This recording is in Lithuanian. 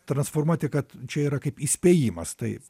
transformuoti kad čia yra kaip įspėjimas tai